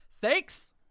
Thanks